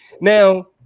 Now